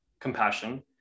compassion